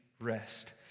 rest